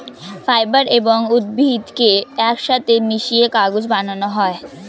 fibre এবং উদ্ভিদকে একসাথে মিশিয়ে কাগজ বানানো হয়